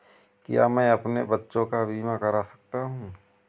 क्या मैं अपने बच्चों का बीमा करा सकता हूँ?